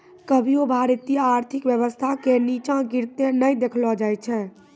कभियो भारतीय आर्थिक व्यवस्था के नींचा गिरते नै देखलो जाय छै